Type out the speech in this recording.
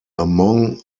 among